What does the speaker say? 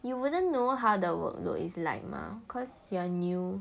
you wouldn't know how the workload is like mah cause you are new